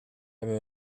hebben